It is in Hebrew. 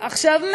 עכשיו,